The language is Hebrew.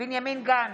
בנימין גנץ,